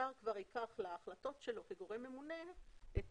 השר כבר ייקח להחלטות שלו כגורם ממונה את